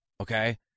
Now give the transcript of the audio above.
okay